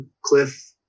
cliff